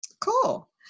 Cool